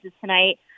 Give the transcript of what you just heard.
tonight